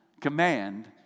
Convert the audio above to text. command